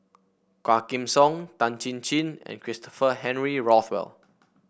Quah Kim Song Tan Chin Chin and Christopher Henry Rothwell